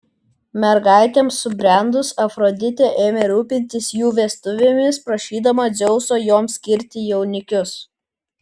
mergaitėms subrendus afroditė ėmė rūpintis jų vestuvėmis prašydama dzeuso joms skirti jaunikius